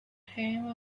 home